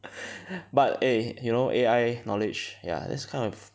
but eh you know A_I knowledge ya that's kind of